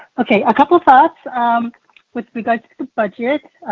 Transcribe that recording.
okay, a couple of thoughts with regards to budget.